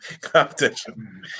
competition